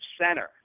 center –